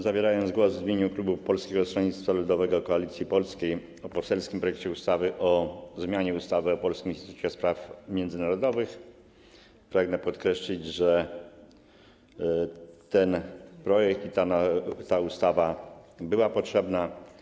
Zabierając głos w imieniu klubu Polskie Stronnictwo Ludowe - Koalicja Polska w sprawie poselskiego projektu ustawy o zmianie ustawy o Polskim Instytucie Spraw Międzynarodowych, pragnę podkreślić, że ten projekt, ta ustawa była potrzebna.